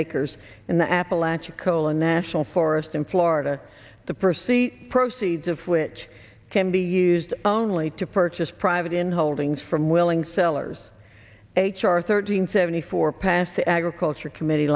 acres in the apalachicola national forest in florida the percy proceeds of which can be used only to purchase private in holdings from willing sellers h r thirteen seventy four passed the agriculture committee